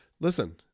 Listen